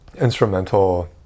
instrumental